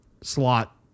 slot